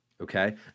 okay